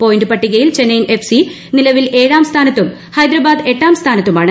point പട്ടികയിൽ Chennaiyin FC നിലവിൽ ഏഴാം സ്ഥാനത്തും ഹൈദരാബാദ് എട്ടാം സ്ഥാനത്തുമാണ്